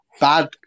bad